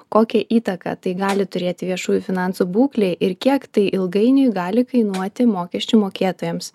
kokią įtaką tai gali turėti viešųjų finansų būklei ir kiek tai ilgainiui gali kainuoti mokesčių mokėtojams